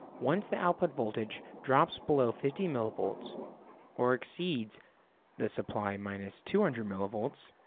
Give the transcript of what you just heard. once the output voltage drops below fifty millivolts or exceeds the supply minus two hundred millivolts,